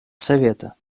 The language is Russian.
совета